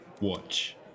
Watch